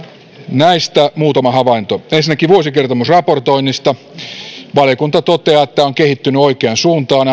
näistä muutama havainto ensinnäkin vuosikertomusraportoinnista valiokunta toteaa että se on kehittynyt oikeaan suuntaan